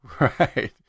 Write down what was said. Right